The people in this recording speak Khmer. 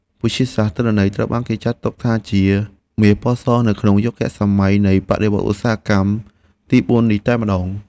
វិទ្យាសាស្ត្រទិន្នន័យត្រូវបានគេចាត់ទុកថាជាមាសពណ៌សនៅក្នុងយុគសម័យនៃបដិវត្តន៍ឧស្សាហកម្មទីបួននេះតែម្តង។